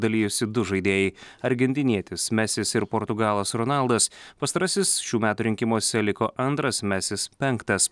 dalijosi du žaidėjai argentinietis mesis ir portugalas ronaldas pastarasis šių metų rinkimuose liko antras mesis penktas